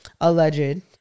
Alleged